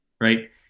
Right